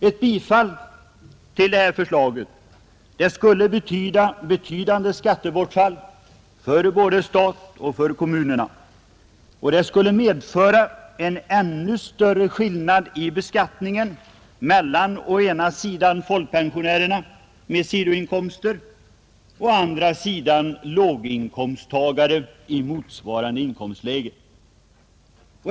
Ett bifall till det här förslaget skulle innebära betydande skattebortfall för staten och för kommunerna, och det skulle medföra en ännu större skillnad i beskattningen mellan å ena sidan folkpensionärerna med sidoinkomster och å andra sidan låginkomsttagare i motsvarande inkomstläge.